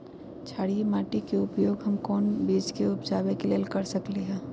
क्षारिये माटी के उपयोग हम कोन बीज के उपजाबे के लेल कर सकली ह?